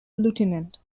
lieutenant